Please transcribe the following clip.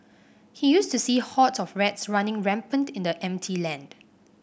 he used to see hordes of rats running rampant in the empty land